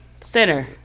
Center